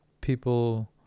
people